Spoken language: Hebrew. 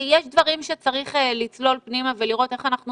יש דברים שצריך לצלול פנימה ולראות איך אנחנו